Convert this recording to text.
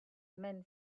men